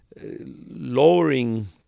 lowering